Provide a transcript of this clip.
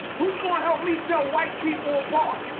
who's going to help me tell white people apart?